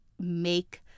make